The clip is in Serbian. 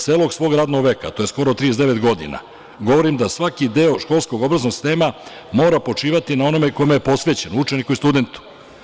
Celog svog radnog veka, skoro 39 godina, govorim da svaki deo školskog obrazovnog sistema mora počivati na onome kome je posvećen, učeniku i studentu.